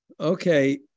Okay